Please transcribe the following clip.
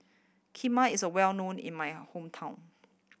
kheema is well known in my hometown